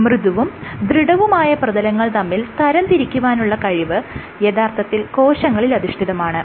മൃദുവും ദൃഢവുമായ പ്രതലങ്ങൾ തമ്മിൽ തരംതിരിക്കുവാനുള്ള കഴിവ് യഥാർത്ഥത്തിൽ കോശങ്ങളിൽ അധിഷ്ടിതമാണ്